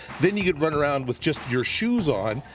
then you could run around with just your shoes on,